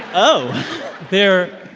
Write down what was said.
oh there,